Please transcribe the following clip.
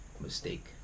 mistake